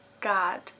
God